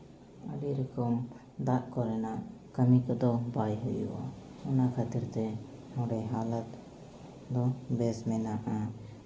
ᱟᱹᱰᱤ ᱨᱚᱠᱚᱢ ᱫᱟᱜ ᱠᱚᱨᱮᱱᱟᱜ ᱠᱟᱹᱢᱤ ᱠᱚᱫᱚ ᱵᱟᱭ ᱦᱩᱭᱩᱜᱼᱟ ᱚᱱᱟ ᱠᱷᱟᱹᱛᱤᱨᱛᱮ ᱱᱚᱸᱰᱮ ᱦᱟᱞᱚᱛ ᱫᱚ ᱵᱮᱥ ᱢᱮᱱᱟᱜᱼᱟ